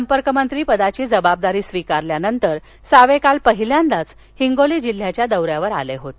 संपर्क मंत्री पदार्ची जबाबदारी स्वीकारल्यानंतर सावे काल पहिल्यांदाच हिंगोली जिल्ह्याच्या दौऱ्यावर आले होते